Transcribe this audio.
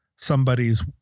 somebody's